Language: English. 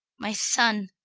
my son?